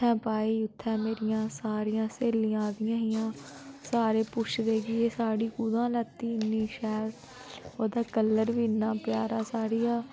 उत्थै पाई उत्थै मेरियां सारियां स्हेलियां आई दियां हियां सारे पुच्छदे कि एह् साड़ी कुत्थां लैती इन्नी शैल ओह्दा कलर बी इन्ना प्यारा साड़िया